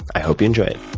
i hope you enjoy